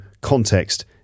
context